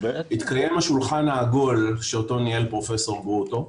התקיים השולחן העגול שאותו ניהל פרופ' גרוטו,